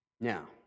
Now